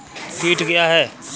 कीट क्या है?